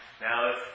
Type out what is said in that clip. Now